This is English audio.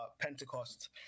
pentecost